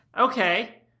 Okay